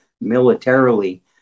militarily